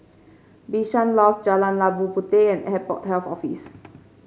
Bishan Loft Jalan Labu Puteh and Airport Health Office